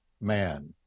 man